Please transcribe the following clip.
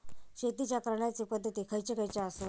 शेतीच्या करण्याचे पध्दती खैचे खैचे आसत?